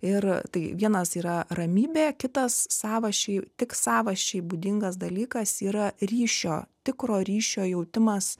ir tai vienas yra ramybė kitas savasčiai tik savasčiai būdingas dalykas yra ryšio tikro ryšio jautimas